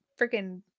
freaking